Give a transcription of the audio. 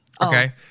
Okay